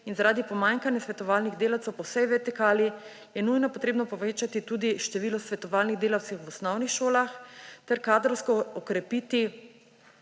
in zaradi pomanjkanja svetovalnih delavcev po vsej vertikali je nujno treba povečati tudi število svetovalnih delavcev v osnovnih šolah ter kadrovsko okrepiti